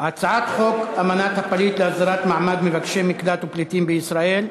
הצעת חוק אמנת הפליט להסדרת מעמד מבקשי מקלט ופליטים בישראל,